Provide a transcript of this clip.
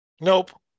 Nope